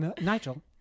Nigel